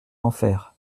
enfer